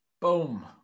Boom